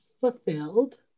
fulfilled